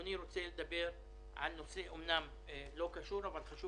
פנו